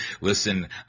Listen